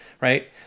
right